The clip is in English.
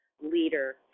leader